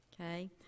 Okay